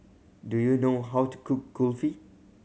do you know how to cook Kulfi